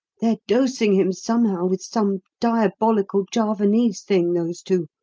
they're dosing him somehow with some diabolical javanese thing, those two.